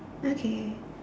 okay